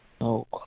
no